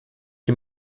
die